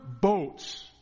boats